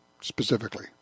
specifically